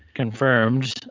confirmed